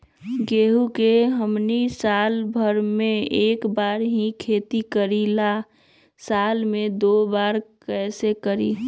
गेंहू के हमनी साल भर मे एक बार ही खेती करीला साल में दो बार कैसे करी?